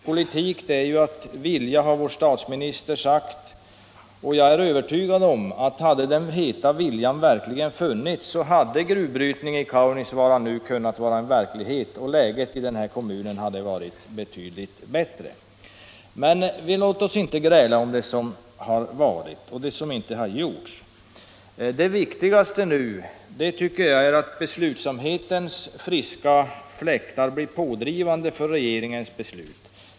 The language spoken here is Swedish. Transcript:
Politik är att vilja, har vår statsminister sagt. Jag är övertygad om 129 130 att hade den heta viljan verkligen funnits så hade gruvbrytning i Kaunisvaara nu varit verklighet och läget i Pajala kommun betydligt bättre. Men låt oss inte gräla om det som har varit och det som inte gjorts. Det viktigaste nu är att beslutsamhetens friska fläktar blir pådrivande för regeringens beslut.